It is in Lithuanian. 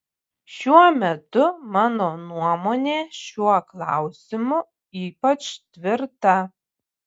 šiuo metu mano nuomonė šiuo klausimu ypač tvirta